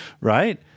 right